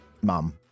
Mum